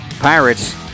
Pirates